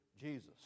Jesus